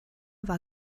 war